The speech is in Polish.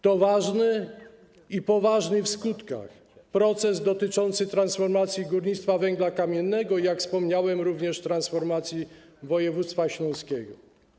To ważny i poważny w skutkach proces dotyczący transformacji górnictwa węgla kamiennego i, jak wspomniałem, transformacji województwa śląskiego.